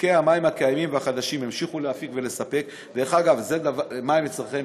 מפיקי המים הקיימים והחדשים ימשיכו להפיק ולספק מים לצרכניהם,